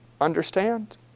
understand